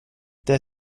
the